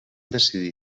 decidir